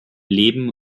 leben